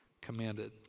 commanded